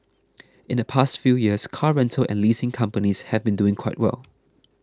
in the past few years car rental and leasing companies have been doing quite well